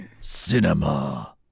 Cinema